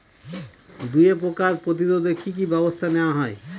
দুয়ে পোকার প্রতিরোধে কি কি ব্যাবস্থা নেওয়া হয়?